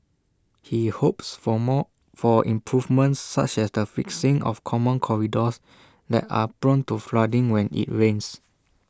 he hopes for more for improvements such as the fixing of common corridors that are prone to flooding when IT rains